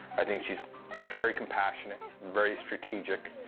i think she's very compassionate, very strategic.